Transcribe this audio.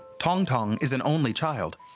tong tong is an only child.